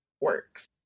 works